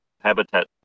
habitat